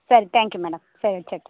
சரி thank you madam சரி வச்சிடுறேன்